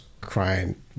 crying